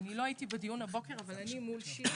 אני לא הייתי בדיון הבוקר אבל אני נלחמתי